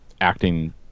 acting